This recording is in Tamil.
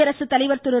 குடியரசுத்தலைவர் திரு